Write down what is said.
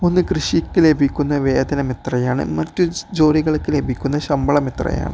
ഒന്ന് കൃഷിക്ക് ലഭിക്കുന്ന വേതനം എത്രയാണ് മറ്റു ജോലികൾക്ക് ലഭിക്കുന്ന ശമ്പളം എത്രയാണ്